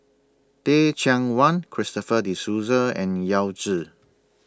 Teh Cheang Wan Christopher De Souza and Yao Zi